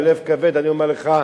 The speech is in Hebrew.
בלב כבד אני אומר לך: